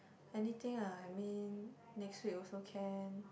anything ah I mean next week also can